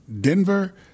Denver